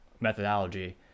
methodology